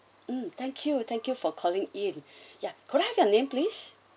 mm thank you thank you for calling in ya could I have your name please